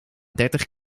dertig